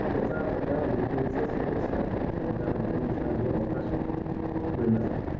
की याचा अर्थ त्या भोवतीचं स्पेस टाईम किंवा त्या भोवतीचा जो अवकाश आहे तोच बेंड असावा